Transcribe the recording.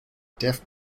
deaf